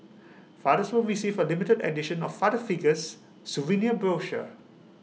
fathers will receive A limited edition of father figures souvenir brochure